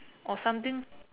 or something